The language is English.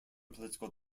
political